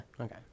Okay